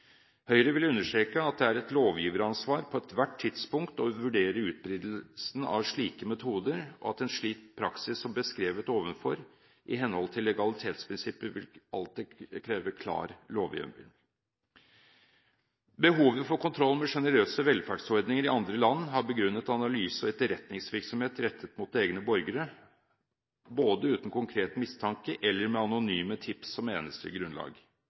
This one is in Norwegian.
Høyre vil understreke at det er et lovgiveransvar på ethvert tidspunkt å vurdere utbredelsen av slike metoder, og at en slik praksis som beskrevet ovenfor, i henhold til legalitetsprinsippet alltid vil kreve klar lovgivning. Behovet for kontroll med generøse velferdsordninger i andre land har begrunnet analyse- og etterretningsvirksomhet rettet mot egne borgere – både uten konkret mistanke og med anonyme tips som eneste grunnlag.